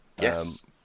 yes